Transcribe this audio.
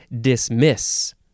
Dismiss